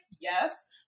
Yes